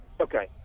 Okay